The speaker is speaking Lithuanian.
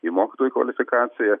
į mokytojų kvalifikaciją